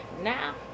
Now